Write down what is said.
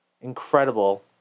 incredible